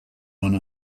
one